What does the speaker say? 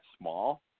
small